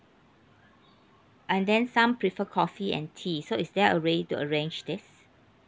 and then some prefer coffee and tea so is there a way to arrange this